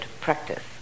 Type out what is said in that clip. practice